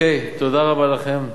תודה רבה לכם.